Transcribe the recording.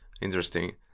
Interesting